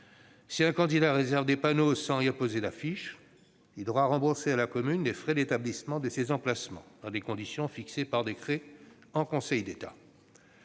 si un candidat réserve des panneaux sans y apposer d'affiches, il devra rembourser à la commune « les frais d'établissement de ces emplacements », dans des conditions fixées par décret en Conseil d'État.